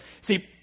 See